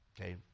Okay